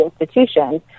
institutions